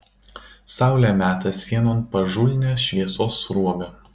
saulė meta sienon pažulnią šviesos sruogą